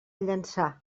llançà